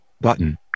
button